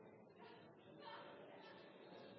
Jeg mener også det er